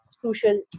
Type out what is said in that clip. crucial